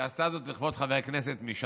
היא עשתה זאת לכבוד חבר הכנסת מש"ס,